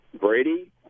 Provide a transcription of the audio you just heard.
Brady